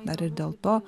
dar ir dėl to